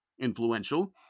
influential